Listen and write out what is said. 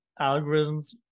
algorithms